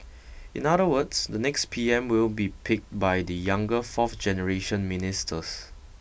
in other words the next P M will be picked by the younger fourth generation ministers